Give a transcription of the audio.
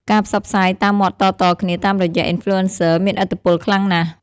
ការផ្សព្វផ្សាយតាមមាត់តៗគ្នាតាមរយៈ អុីនផ្លូអេនសឹ មានឥទ្ធិពលខ្លាំងណាស់។